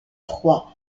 froids